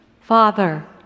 father